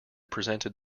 presented